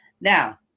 Now